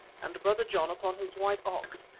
and brother john upon his white ox,